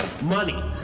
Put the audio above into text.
money